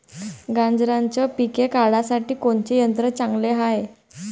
गांजराचं पिके काढासाठी कोनचे यंत्र चांगले हाय?